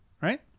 Right